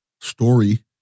story